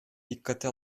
dikkate